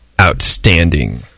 outstanding